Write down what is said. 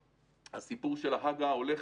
הסיפור של הג"א הולך